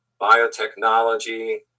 biotechnology